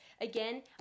Again